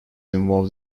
involved